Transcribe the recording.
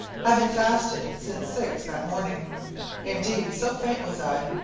having fasted since six that morning indeed, so faint was i,